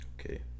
Okay